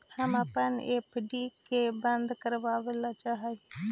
हम अपन एफ.डी के बंद करावल चाह ही